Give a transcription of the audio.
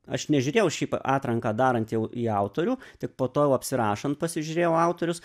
aš nežiūrėjau šiaip atranką darant jau į autorių tik po to jau pasirašant pasižiūrėjau autorius